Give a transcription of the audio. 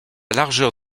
largeur